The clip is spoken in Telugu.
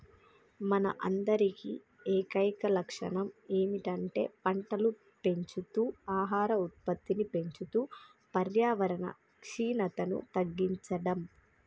మన అందరి ఏకైక లక్షణం ఏమిటంటే పంటలు పెంచుతూ ఆహార ఉత్పత్తిని పెంచుతూ పర్యావరణ క్షీణతను తగ్గించడం